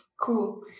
Cool